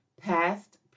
past